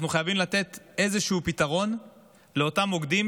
אנחנו חייבים לתת איזשהו פתרון לאותם מוקדים,